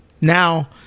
Now